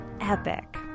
epic